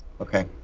okay